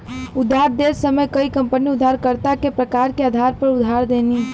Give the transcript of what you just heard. उधार देत समय कई कंपनी उधारकर्ता के प्रकार के आधार पर उधार देनी